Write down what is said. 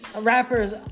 Rappers